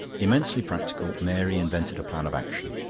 immensely practical, mary invented a plan of action.